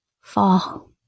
fall